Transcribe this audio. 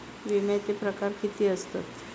विमाचे प्रकार किती असतत?